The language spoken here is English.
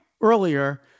earlier